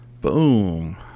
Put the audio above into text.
boom